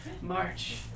March